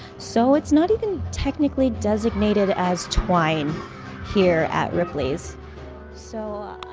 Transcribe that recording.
so it's not even technically designated as twine here at ripley's so